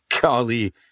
golly